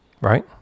Right